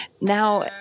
Now